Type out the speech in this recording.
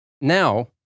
Now